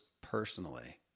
personally